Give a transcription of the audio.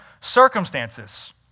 circumstances